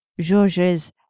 Georges